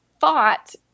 thought